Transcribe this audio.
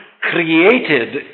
created